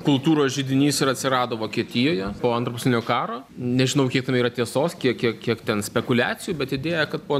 kultūros židinys ir atsirado vokietijoje po antro pasaulinio karo nežinau kiek tame yra tiesos kiek kiek kiek ten spekuliacijų bet idėja kad po